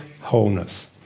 wholeness